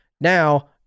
Now